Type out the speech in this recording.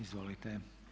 Izvolite.